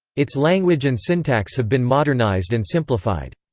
its language and syntax have been modernized and simplified.